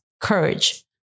courage